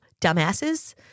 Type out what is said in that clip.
dumbasses